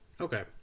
Okay